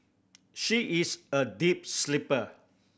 she is a deep sleeper